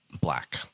black